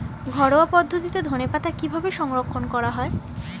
ঘরোয়া পদ্ধতিতে ধনেপাতা কিভাবে সংরক্ষণ করা হয়?